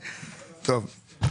טוב.